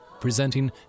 presenting